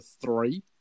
three